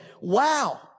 wow